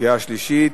לקריאה שלישית.